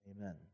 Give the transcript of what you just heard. Amen